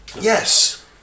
Yes